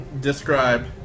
describe